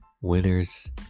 Winners